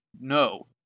no